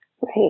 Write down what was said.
Right